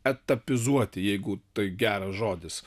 etapizuoti jeigu tai geras žodis